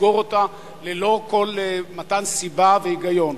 לסגור אותה ללא כל מתן סיבה והיגיון.